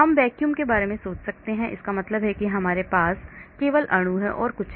हम वैक्यूम के बारे में सोच सकते हैं इसका मतलब है कि हमारे पास केवल अणु है और कुछ नहीं